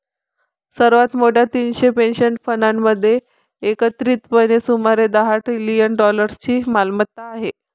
सर्वात मोठ्या तीनशे पेन्शन फंडांमध्ये एकत्रितपणे सुमारे सहा ट्रिलियन डॉलर्सची मालमत्ता आहे